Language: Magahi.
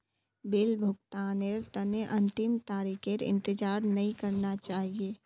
बिल भुगतानेर तने अंतिम तारीखेर इंतजार नइ करना चाहिए